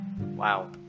wow